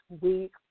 week